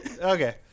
Okay